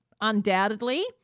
undoubtedly